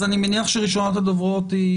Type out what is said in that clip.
אני מניח שראשונת הדוברות היא,